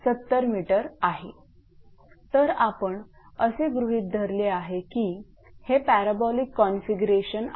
तर आपण असे गृहीत धरले आहे की हे पॅराबोलिक कॉन्फिगरेशन आहे